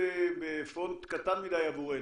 בפונט קטן מדי עבורנו.